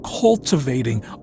cultivating